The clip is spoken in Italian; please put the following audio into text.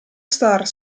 star